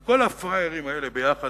כל הפראיירים האלה ביחד,